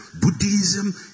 Buddhism